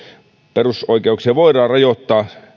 perusoikeuksia voidaan rajoittaa